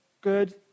good